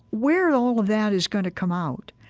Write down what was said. where all of that is going to come out,